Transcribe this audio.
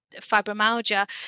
fibromyalgia